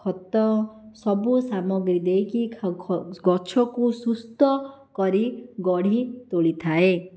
ଖତ ସବୁ ସାମଗ୍ରୀ ଦେଇକି ଗଛକୁ ସୁସ୍ଥ କରି ଗଢ଼ି ତୋଳିଥାଏ